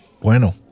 Bueno